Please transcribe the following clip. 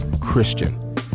Christian